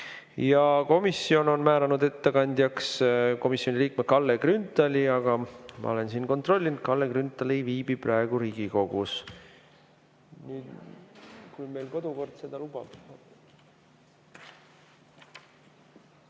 Komisjon on määranud ettekandjaks komisjoni liikme Kalle Grünthali, aga ma olen kontrollinud, Kalle Grünthal ei viibi praegu Riigikogus.